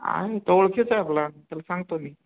आणि तो ओळखीचा आहे आपला त्याला सांगतो